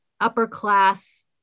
upper-class